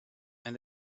and